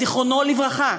זיכרונו לברכה,